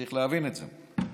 צריך להבין את זה.